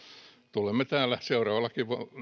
tulemme seuraavalla